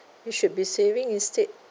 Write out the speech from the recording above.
you should be saving instead